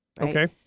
Okay